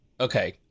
okay